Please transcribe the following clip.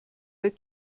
auch